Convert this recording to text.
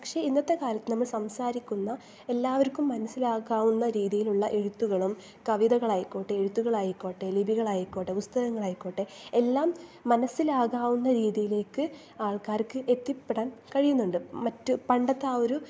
പക്ഷെ ഇന്നത്തെ കാലത്ത് നമ്മൾ സംസാരിക്കുന്ന എല്ലാവർക്കും മനസ്സിലാകാവുന്ന രീതിയിലുള്ള എഴുത്തുകളും കവിതകളായിക്കോട്ടെ എഴുത്തുകളായിക്കോട്ടെ ലിപികളായിക്കോട്ടെ പുസ്തകങ്ങളായിക്കോട്ടെ എല്ലാം മനസ്സിലാകാവുന്ന രീതിയിലേക്ക് ആൾക്കാർക്ക് എത്തിപ്പെടാൻ കഴിയുന്നുണ്ട് മറ്റ് പണ്ടത്തെ ആ ഒരു